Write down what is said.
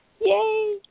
Yay